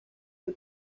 del